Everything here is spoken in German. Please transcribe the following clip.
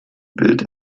bild